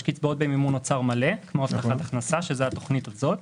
יש קצבאות במימון אוצר מלא כמו הבטחת הכנסה שזה התכנית הזאת,